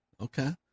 Okay